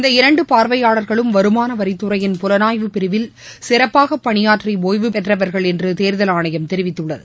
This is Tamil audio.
இந்த இரண்டு பார்வையாளர்களும் வருமானவரித்துறையின் புலனாய்வு பிரிவில் சிறப்பாக பணியாற்றி ஓய்வு பெற்றவர்கள் என்று தேர்தல் ஆணையம் தெரிவித்துள்ளது